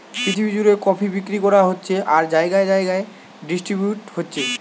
পৃথিবী জুড়ে কফি বিক্রি করা হচ্ছে আর জাগায় জাগায় ডিস্ট্রিবিউট হচ্ছে